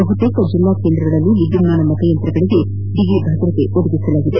ಬಹುತೇಕ ಜಿಲ್ಲಾ ಕೇಂದ್ರಗಳಲ್ಲಿ ವಿದ್ಯುನ್ಮಾನ ಮತಯಂತ್ರಗಳಿಗೆ ಬಿಗಿ ಭದ್ರತೆ ಒದಗಿಸಲಾಗಿದೆ